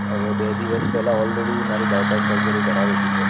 હવે બે દિવસ પહેલાં ઓલરેડી મારી બાયપાસ સર્જરી કરાવેલી છે